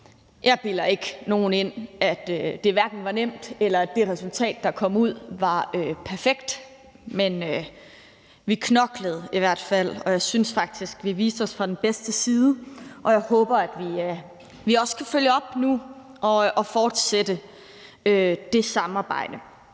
Jeg bilder ikke nogen ind, at det var nemt, eller at det resultat, der kom ud af det, var perfekt, men vi knoklede i hvert fald, og jeg synes faktisk, at vi viste os fra den bedste side. Jeg håber, at vi også kan følge op nu og fortsætte det samarbejde.